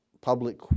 public